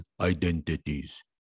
identities